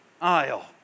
aisle